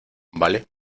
vale